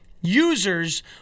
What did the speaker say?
users